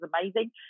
amazing